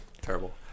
Terrible